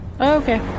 Okay